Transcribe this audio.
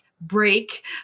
break